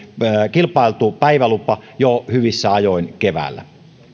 kilpailtu päivälupa jo hyvissä ajoin keväällä